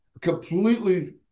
completely